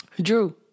Drew